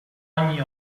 ogni